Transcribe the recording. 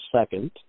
second